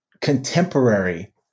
contemporary